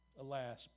Alas